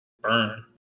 Burn